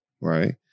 right